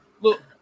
look